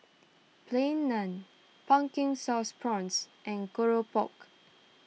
Plain Naan Pumpkin Sauce Prawns and Keropok